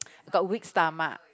got weak stomach